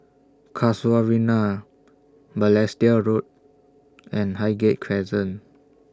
Casuarina Balestier Road and Highgate Crescent